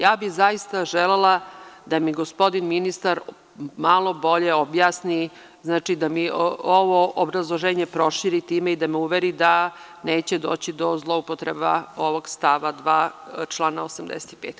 Ja bih zaista želela da mi gospodin ministar malo bolje objasni, znači da mi ovo obrazloženje proširi time i da me uveri da neće doći do zloupotreba ovog stava 2. člana 85.